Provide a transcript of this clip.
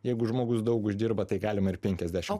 jeigu žmogus daug uždirba tai galima ir penkiasdešim